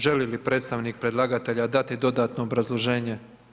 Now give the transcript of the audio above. Želi li predstavnik predlagatelja dati dodatno obrazloženje?